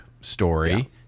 story